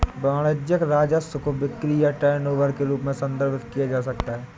वाणिज्यिक राजस्व को बिक्री या टर्नओवर के रूप में भी संदर्भित किया जा सकता है